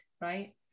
right